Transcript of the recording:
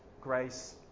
grace